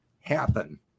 happen